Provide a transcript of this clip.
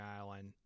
Island